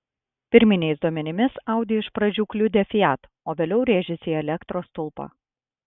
pirminiais duomenimis audi iš pradžių kliudė fiat o vėliau rėžėsi į elektros stulpą